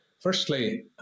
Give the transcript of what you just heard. Firstly